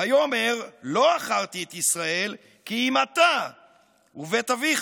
ויאמר לא עכרתי את ישראל כי אם אתה ובית אביך".